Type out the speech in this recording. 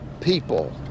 people